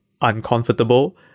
uncomfortable